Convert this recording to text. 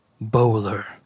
bowler